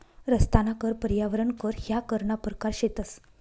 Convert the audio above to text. रस्ताना कर, पर्यावरण कर ह्या करना परकार शेतंस